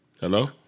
Hello